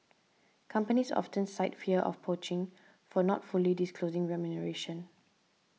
companies often cite fear of poaching for not fully disclosing remuneration